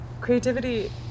Creativity